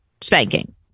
spanking